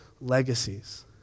legacies